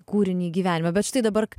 kūrinį į gyvenimą bet štai dabar